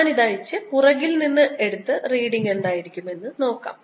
ഞാൻ ഇത് അഴിച്ച് പുറകിൽ നിന്ന് എടുത്ത് റീഡിങ് എന്തായിരിക്കുമെന്ന് നോക്കാം